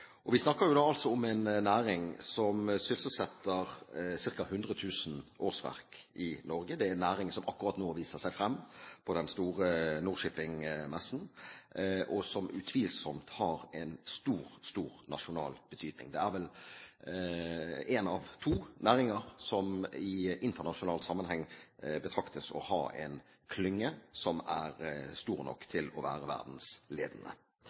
altså om en næring som sysselsetter ca. 100 000 årsverk i Norge. Det er en næring som akkurat nå viser seg frem på den store Nor-Shipping-messen, og som utvilsomt har en stor, stor nasjonal betydning. Det er vel én av to næringer som i internasjonal sammenheng betraktes å ha en klynge som er stor nok til å være